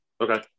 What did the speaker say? Okay